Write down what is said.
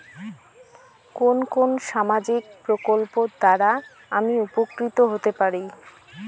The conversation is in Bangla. কোন কোন সামাজিক প্রকল্প দ্বারা আমি উপকৃত হতে পারি?